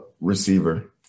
receiver